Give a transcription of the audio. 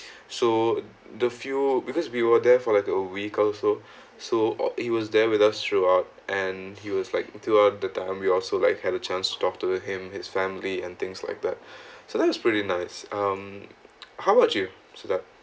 so the few because we were there for like a week also so he was there with us throughout and he was like throughout the time we also like had a chance to talk to him his family and things like that so that's pretty nice um how about you to that